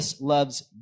loves